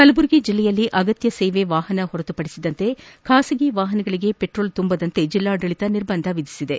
ಕಲಬುರಗಿ ಜಿಲ್ಲೆಯಲ್ಲಿ ಆಗತ್ತ ಸೇವಾ ವಾಹನ ಹೊರತುಪಡಿಸಿ ಖಾಸಗಿ ವಾಹನಗಳಿಗೆ ವೆಟ್ರೋಲ್ ಪಾಕದಂತೆ ಜಿಲ್ಲಾಡಳಿತ ನಿರ್ಬಂಧ ವಿಧಿಸಲಾಗಿದೆ